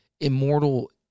immortal